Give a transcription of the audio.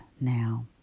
now